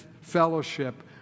fellowship